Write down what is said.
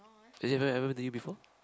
has it ever happened to you before